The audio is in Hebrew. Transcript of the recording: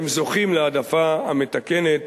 הם זוכים להעדפה המתקנת